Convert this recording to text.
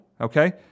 okay